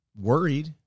worried